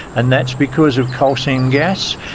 and that's because of coal seam gas,